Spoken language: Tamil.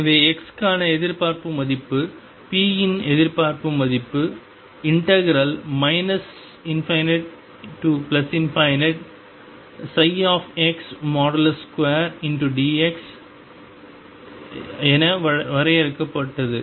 எனவே x க்கான எதிர்பார்ப்பு மதிப்பு மற்றும் p இன் எதிர்பார்ப்பு மதிப்பு ∞x2xdx என வரையறுக்கப்பட்டது